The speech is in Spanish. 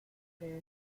que